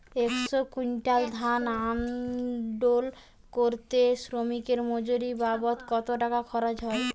একশো কুইন্টাল ধান আনলোড করতে শ্রমিকের মজুরি বাবদ কত টাকা খরচ হয়?